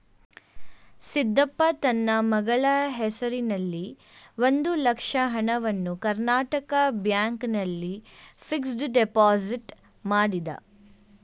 ಸಿದ್ದಪ್ಪ ತನ್ನ ಮಗಳ ಹೆಸರಿನಲ್ಲಿ ಒಂದು ಲಕ್ಷ ಹಣವನ್ನು ಕರ್ನಾಟಕ ಬ್ಯಾಂಕ್ ನಲ್ಲಿ ಫಿಕ್ಸಡ್ ಡೆಪೋಸಿಟ್ ಮಾಡಿದ